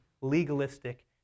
legalistic